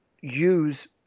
use